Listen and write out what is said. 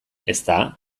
ezta